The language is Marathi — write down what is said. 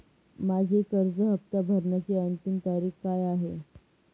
माझी कर्ज हफ्ता भरण्याची अंतिम तारीख काय आहे?